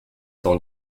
temps